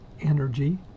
energy